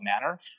manner